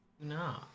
no